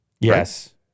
yes